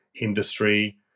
industry